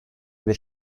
bir